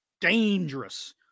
dangerous